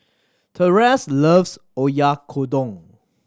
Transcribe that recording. Terese loves Oyakodon